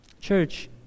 Church